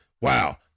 Wow